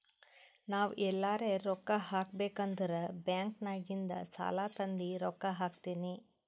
ನಾವ್ ಎಲ್ಲಾರೆ ರೊಕ್ಕಾ ಹಾಕಬೇಕ್ ಅಂದುರ್ ಬ್ಯಾಂಕ್ ನಾಗಿಂದ್ ಸಾಲಾ ತಂದಿ ರೊಕ್ಕಾ ಹಾಕ್ತೀನಿ